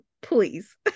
please